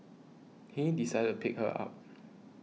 he decided pick her up